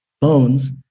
Bones